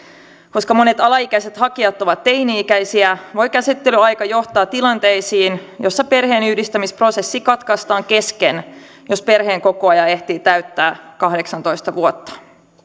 koska monet alaikäiset hakijat ovat teini ikäisiä voi käsittelyaika johtaa tilanteisiin joissa perheenyhdistämisprosessi katkaistaan kesken jos perheenkokoaja ehtii täyttää kahdeksantoista vuotta